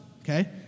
Okay